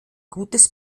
gutes